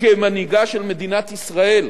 כמנהיגה של מדינת ישראל,